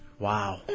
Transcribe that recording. Wow